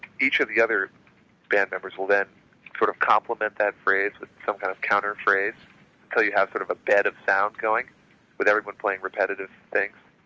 each of the other band members will then sort of complement that phrase with some kind of counter phrase until you have sort of a bed of sound going with everyone playing repetitive things.